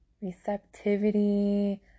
receptivity